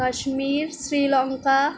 Kashmir Sri Lanka